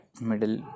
middle